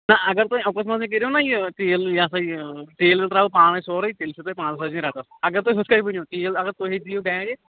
نہَ اَگر تۅہہِ اوٚکُس منٛزٕے کٔرِو نا یہِ تیٖل یا سا یہِ تیٖل ویٖل ترٛٲوٕ بہٕ پانے سورُے تیٚلہِ چھُو تۅہہِ پانٛژ تٲجی رٮ۪تس اَگر تُہۍ ہُتھٕ کٔنۍ ؤنِو تیٖل اَگر تُہی دِیو گاڑِ